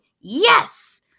yes